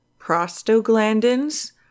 prostaglandins